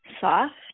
soft